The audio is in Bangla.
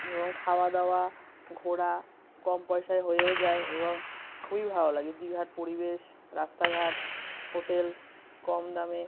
এবং খাওয়াদাওয়া ঘোরা কম পয়সায় হয়েও যায় এবং খুবই ভালো লাগে দীঘার পরিবেশ রাস্তাঘাট হোটেল কম দামে